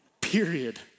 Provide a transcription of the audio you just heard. period